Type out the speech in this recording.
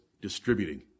distributing